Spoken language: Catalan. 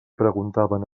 preguntaven